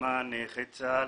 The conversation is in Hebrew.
למען נכי צה"ל,